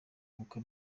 bukwe